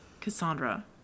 cassandra